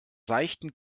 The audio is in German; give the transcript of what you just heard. seichten